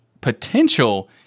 potential